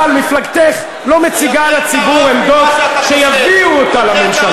אבל מפלגתך לא מציגה לציבור עמדות שיביאו אותה לממשלה,